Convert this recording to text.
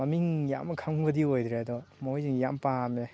ꯃꯃꯤꯡ ꯌꯥꯝ ꯈꯪꯕꯗꯤ ꯑꯣꯏꯗ꯭ꯔꯦ ꯑꯗꯣ ꯃꯣꯏꯖꯤꯡꯁꯦ ꯌꯥꯝ ꯄꯥꯝꯃꯦ